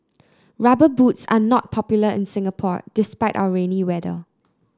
rubber boots are not popular in Singapore despite our rainy weather